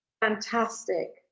fantastic